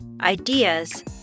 ideas